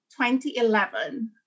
2011